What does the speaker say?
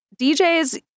djs